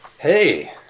Hey